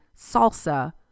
salsa